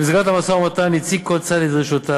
במסגרת המשא-ומתן הציג כל צד את דרישותיו.